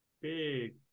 big